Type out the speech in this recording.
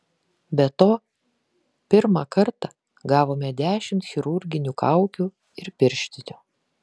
be to pirmą kartą gavome dešimt chirurginių kaukių ir pirštinių